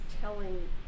telling